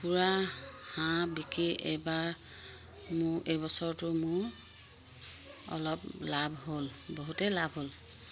কুকুৰা হাঁহ বিকি এইবাৰ মোৰ এইবছৰটো মোৰ অলপ লাভ হ'ল বহুতেই লাভ হ'ল